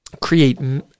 create